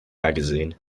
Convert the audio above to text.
magazine